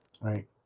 right